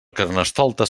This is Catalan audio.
carnestoltes